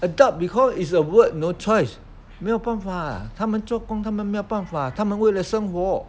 adult because is a work no choice 没有办法他们做工他们没有办法他们为了生活